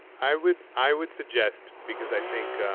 i would i would suggest because i think